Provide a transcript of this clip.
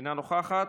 אינה נוכחת,